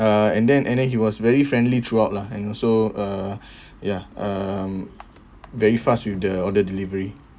uh and then and then he was very friendly throughout lah and also uh ya um very fast with the order delivery